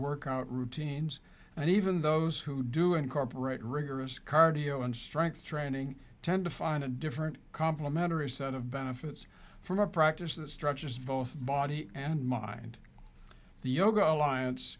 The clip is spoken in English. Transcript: workout routines and even those who do incorporate rigorous cardio and strength training tend to find a different complimentary set of benefits from a practice that structures both body and mind the yoga alliance